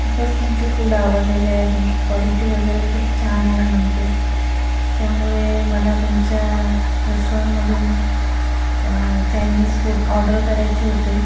खूपच तुमचे फूड आवडलेले आहे तुमची कॉलीटी वगैरे खूप छान आहे म्हणते त्यामुळे मला तुमच्या रेस्टॉरंटमधून चायनीज फूड ऑर्डर करायचे होते